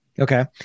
Okay